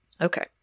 Okay